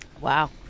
Wow